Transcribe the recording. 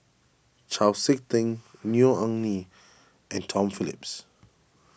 Chau Sik Ting Neo Anngee and Tom Phillips